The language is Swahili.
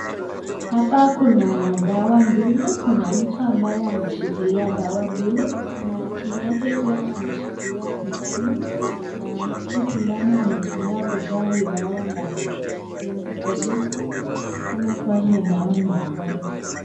Hapa kuna dawa mbili. Kuna mtu ambaye ameshikilia dawa mbili na chini yake pia ameshikilia sindano na hii sindano anatumia kutoa hii dawa ndani ya hiyo mkebe na inaonekana kuwa hii dawa ni ya chanjo.